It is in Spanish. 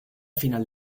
final